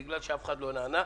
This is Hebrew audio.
בגלל שאף אחד לא נענה.